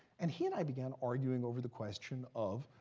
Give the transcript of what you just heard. and he and i began arguing over the question of,